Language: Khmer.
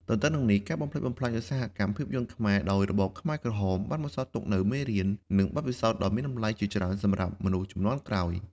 ទន្ទឹមនឹងនេះការបំផ្លិចបំផ្លាញឧស្សាហកម្មភាពយន្តខ្មែរដោយរបបខ្មែរក្រហមបានបន្សល់ទុកនូវមេរៀន និងបទពិសោធន៍ដ៏មានតម្លៃជាច្រើនសម្រាប់មនុស្សជំនាន់ក្រោយ។